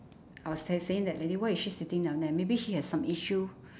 I was tex~ saying that lady why is she sitting down there maybe she has some issue